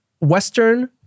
Western